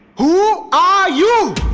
who are ah you